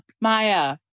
Maya